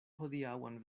hodiaŭan